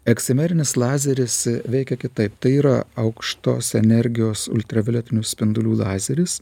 eksimernis lazeris veikia kitaip tai yra aukštos energijos ultravioletinių spindulių lazeris